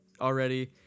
already